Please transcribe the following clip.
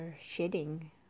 shedding